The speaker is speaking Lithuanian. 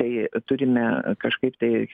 tai turime kažkaip tai